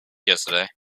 yesterday